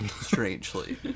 strangely